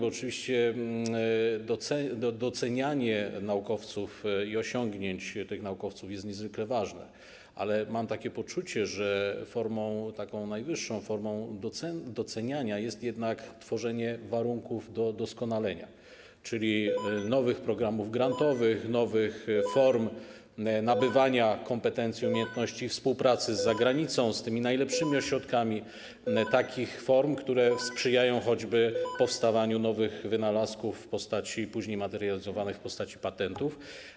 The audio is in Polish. Oczywiście docenianie naukowców i osiągnięć naukowców jest niezwykle ważne, ale mam poczucie, że taką najwyższą formą doceniania jest jednak tworzenie warunków do doskonalenia, czyli nowych programów grantowych, nowych form nabywania kompetencji, umiejętności współpracy z zagranicą, z najlepszymi ośrodkami, takich form, które sprzyjają choćby powstawaniu nowych wynalazków, później materializowanych w postaci patentów.